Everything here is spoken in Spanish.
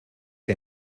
que